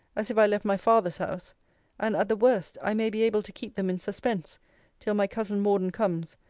as if i left my father's house and, at the worst, i may be able to keep them in suspense till my cousin morden comes,